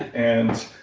and